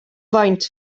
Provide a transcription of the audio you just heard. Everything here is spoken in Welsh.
faint